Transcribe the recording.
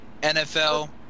NFL